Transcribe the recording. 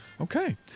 Okay